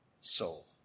soul